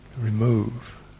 remove